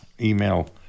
email